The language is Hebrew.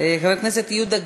חבר הכנסת איתן